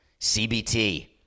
CBT